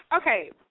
Okay